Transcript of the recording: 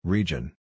Region